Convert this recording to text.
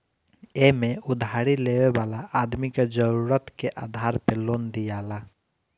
एमे उधारी लेवे वाला आदमी के जरुरत के आधार पे लोन दियाला